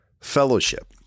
Fellowship